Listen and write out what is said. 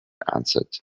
answered